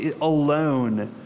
alone